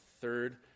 third